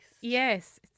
Yes